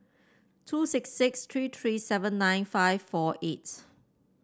two six six three three seven nine five four eight